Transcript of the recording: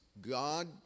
God